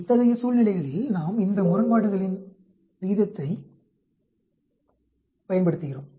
இத்தகைய சூழ்நிலைகளில் நாம் இந்த முரண்பாடுகளின் விகிதத்தை பயன்படுத்துகிறோம்